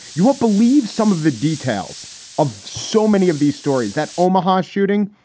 you won't believe some of the details of so many of these stories that omaha shooting.